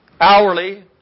hourly